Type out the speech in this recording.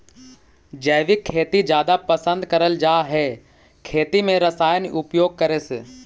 जैविक खेती जादा पसंद करल जा हे खेती में रसायन उपयोग करे से